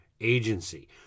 agency